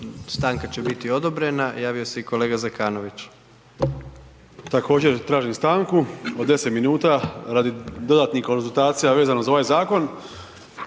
Stanka će biti odobrena. Javio se kolega Zekanović. **Zekanović, Hrvoje (HRAST)** Također tražim stanku od 10 minuta radi dodatnih konzultacija vezano za ovaj zakon.